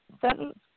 sentence